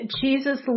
Jesus